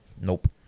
Nope